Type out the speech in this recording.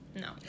No